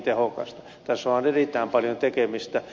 tässä on erittäin paljon tekemistä